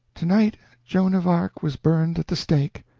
to-night joan of arc was burned at the stake!